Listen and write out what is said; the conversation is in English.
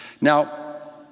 now